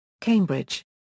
Cambridge